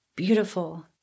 beautiful